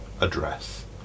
address